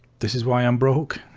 this is why i'm broke